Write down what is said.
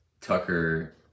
Tucker